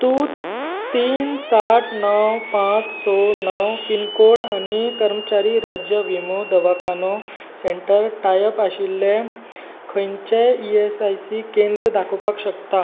तूं तीन सात णव पांच स णव पीनकोड आनी कर्मच्यारी राज्य विमो दवाखानो सेंटर टायप आशिल्ले खंयचे ई एस आय सी केंद्र दाखोवपाक शकता